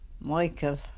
Michael